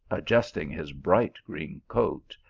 adjusting his bright green coat,